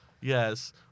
Yes